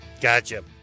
Gotcha